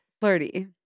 flirty